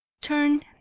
turn